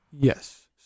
Yes